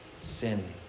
sin